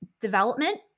development